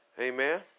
Amen